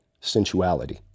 sensuality